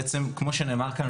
בעצם כמו שנאמר כאן,